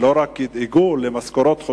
ולא רק ידאגו למשכורות חודשיות.